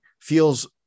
feels